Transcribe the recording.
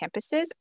campuses